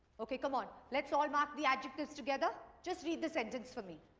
okay, come on, lets all mark the adjectives together. just read the sentence for me.